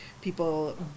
people